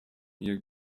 ihr